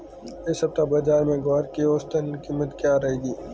इस सप्ताह बाज़ार में ग्वार की औसतन कीमत क्या रहेगी?